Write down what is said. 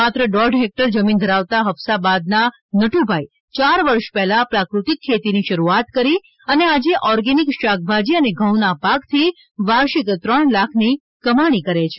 માત્ર દોઢ હેકટર જમીન ધરાવતા હફસાબાદના નટુભાઇ ચાર વર્ષ પહેલા પ્રાકૃતિક ખેતીની શરૂઆત કરી અને આજે આર્ગેનિક શાકભાજી અને ઘંઉના પાકથી વાર્ષિક ત્રણ લાખની કમાણી કરે છે